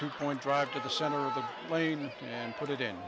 to point drive to the center of the lane and put it in